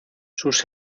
sus